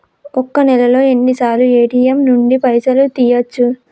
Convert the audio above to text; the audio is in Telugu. ఒక్క నెలలో ఎన్నిసార్లు ఏ.టి.ఎమ్ నుండి పైసలు తీయచ్చు?